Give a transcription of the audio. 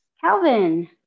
Calvin